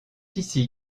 ici